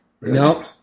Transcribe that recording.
Nope